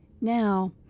Now